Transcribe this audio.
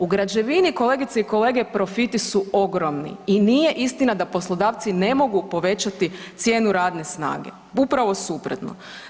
U građevini, kolegice i kolege, profiti su ogromni i nije istina da poslodavci ne mogu povećati cijenu radne snage, upravo suprotno.